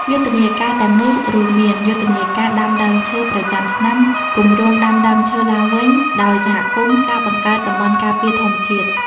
យុទ្ធនាកាទាំងនោះរួមមាន យុទ្ធនាការដាំដើមឈើប្រចាំឆ្នាំ គម្រោងដាំដើមឈើឡើងវិញដោយសហគមន៍ ការបង្កើតតំបន់ការពារធម្មជាតិ។